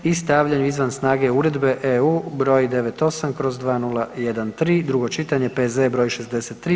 i stavljanju izvan snage Uredbe (EU) br. 98/2013, drugo čitanje, P.Z.E. br. 63.